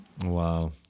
Wow